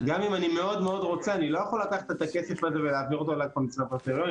אני לא יכול לקחת את הכסף הזה ולהעביר אותו לקונסרבטוריונים.